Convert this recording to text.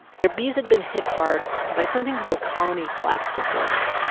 their bees had been hit hard by something called colony collapse disorder.